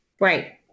Right